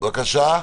ליאור.